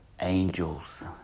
angels